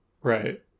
Right